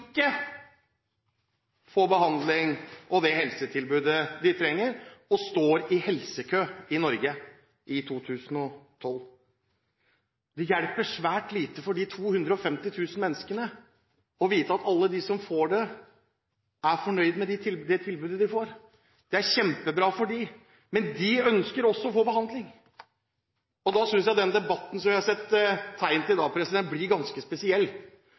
ikke får behandling eller det helsetilbudet de trenger, og står i helsekø i Norge i 2012. Det hjelper svært lite for de 250 000 menneskene å vite at alle de som får det, er fornøyd med det tilbudet de får. Det er kjempebra for dem, men de ønsker også å få behandling. Da synes jeg den debatten som vi har sett tegn til, blir ganske spesiell